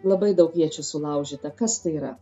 labai daug iečių sulaužyta kas tai yra